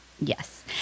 Yes